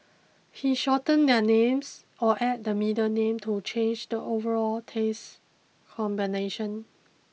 he shortens their names or adds the middle name to change the overall taste combination